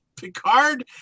Picard